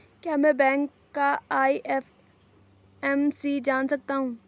क्या मैं बैंक का आई.एफ.एम.सी जान सकता हूँ?